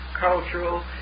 cultural